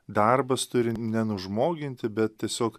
darbas turi nenužmoginti bet tiesiog